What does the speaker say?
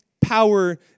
power